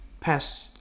past